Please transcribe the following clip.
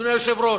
אדוני היושב-ראש,